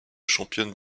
championne